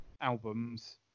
albums